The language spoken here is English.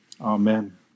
Amen